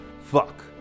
Fuck